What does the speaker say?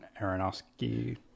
Aronofsky